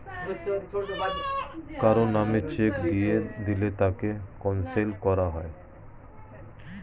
কারো নামে চেক দিয়ে দিলে তাকে ক্যানসেল করা যায়